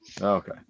okay